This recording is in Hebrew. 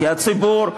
כי הציבור,